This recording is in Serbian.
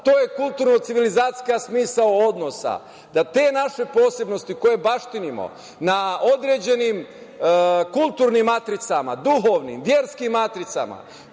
to je kulturno-civilizacijski smisao odnosa, da te naše posebnosti u koje baštinimo na određenim kulturnim matricama, duhovnim, verskim matricama,